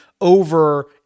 over